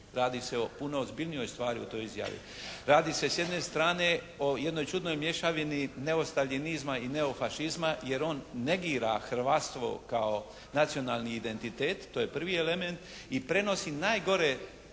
Radi se o puno ozbiljnoj stvari u toj izjavi. Radi se s jedne strane o jednoj čudnoj mješavini neostaljinizma i neofašizma jer on negira hrvatstvo kao nacionalni identitet. To je prvi element. I prenosi najgore